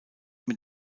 mit